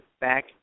back